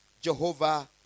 Jehovah